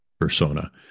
persona